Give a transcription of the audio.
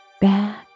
Back